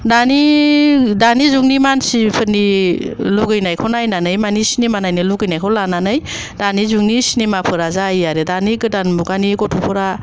दानि दानि जुगनि मानसिफोरनि लुगैनायखौ नायनानै मानि सिनिमा नायनो लुगैनायखौ लानानै दानि जुगनि सिनिमा फोरा जायो आरो दा दानि गोदान मुगानि गथ'फोरा